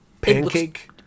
pancake